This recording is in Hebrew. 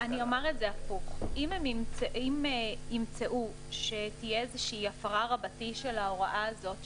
אני אומר את זה הפוך: אם ימצאו שתהיה הפרה רבתי של ההוראה הזו,